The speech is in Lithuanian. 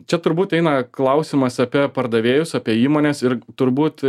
čia turbūt eina klausimas apie pardavėjus apie įmones ir turbūt